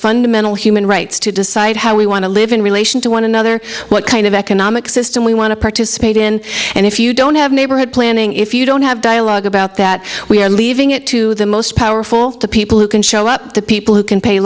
fundamental human rights to decide how we want to live in relation to one another what kind of economic system we want to participate in and if you don't have neighborhood planning if you don't have dialogue about that we are leaving it to the most powerful people who can show up the people who can pay